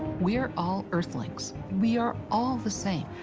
we are all earthlings. we are all the same.